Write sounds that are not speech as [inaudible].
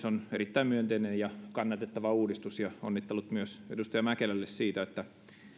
[unintelligible] on erittäin myönteinen ja kannatettava uudistus ja onnittelut myös edustaja mäkelälle siitä että